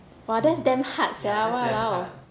!wah! that's damn hard sia !walao!